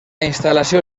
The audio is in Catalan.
instal·lació